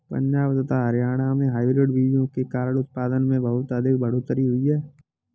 पंजाब तथा हरियाणा में हाइब्रिड बीजों के कारण उत्पादन में बहुत अधिक बढ़ोतरी हुई